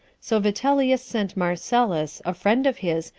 so vitellius sent marcellus, a friend of his,